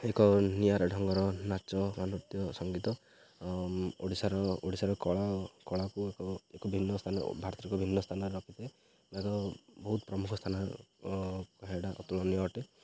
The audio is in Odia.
ଏକ ନିଆରା ଢଙ୍ଗର ନାଚ ନୃତ୍ୟ ସଙ୍ଗୀତ ଓଡ଼ିଶାର ଓଡ଼ିଶାର କଳା କଳାକୁ ଏକ ଏକ ଭିନ୍ନ ସ୍ଥାନ ଭାରତକୁ ଭିନ୍ନ ସ୍ଥାନ ରଖିଥାଏ ତା' ଏକ ବହୁତ ପ୍ରମୁଖ ସ୍ଥାନ ହେଟା ଅତୁଳନୀୟ ଅଟେ